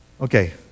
Okay